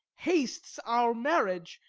hastes our marriage,